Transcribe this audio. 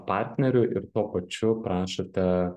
partneriui ir tuo pačiu prašote